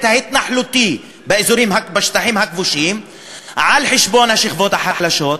ההתנחלותי בשטחים הכבושים על חשבון השכבות החלשות,